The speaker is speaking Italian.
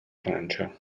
francia